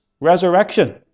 resurrection